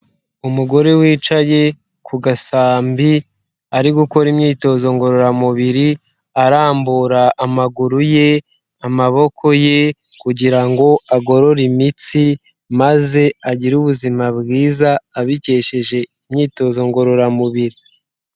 Umugore wicaye ku gasambi, ari gukora imyitozo ngororamubiri, arambura amaguru ye, amaboko ye kugira ngo agorore imitsi, maze agire ubuzima bwiza abikesheje imyitozo ngororamubiri.